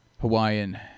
Hawaiian